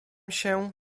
się